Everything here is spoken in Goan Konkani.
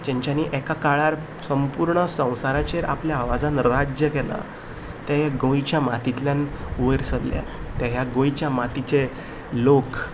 जेंच्यांनी एका काळार संपूर्ण संवासाराचेर आपल्या आवाजान राज्य केलां ते गोंयच्या मातींतल्यान वयर सरल्यात ते ह्या गोंयच्या मातीचे लोक